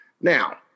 Now